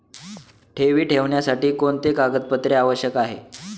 ठेवी ठेवण्यासाठी कोणते कागदपत्रे आवश्यक आहे?